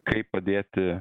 kaip padėti